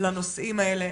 לנושאים האלה.